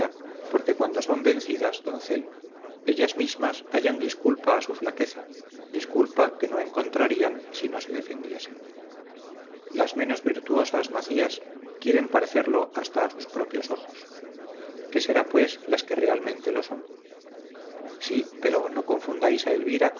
porque cuando son vencidas doncel ellas mismas hallan disculpa a su flaqueza disculpa que no encontrarían si no se defendiesen las menos virtuosas macías quieren parecerlo hasta a sus propios ojos qué sera pues las que realmente lo son sí pero no confundáis a elvira